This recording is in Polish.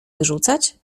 wyrzucać